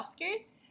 Oscars